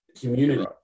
community